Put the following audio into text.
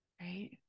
right